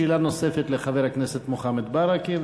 שאלה נוספת לחבר הכנסת מוחמד ברכה,